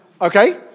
okay